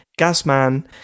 Gasman